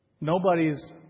Nobody's